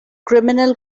criminal